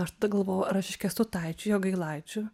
aš tada galvojau ar aš iš kęstutaičių jogailaičių